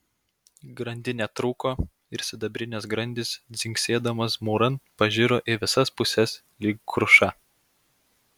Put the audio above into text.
grandinė trūko ir sidabrinės grandys dzingsėdamos mūran pažiro į visas puses lyg kruša